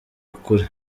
ukuri